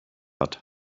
hat